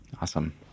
Awesome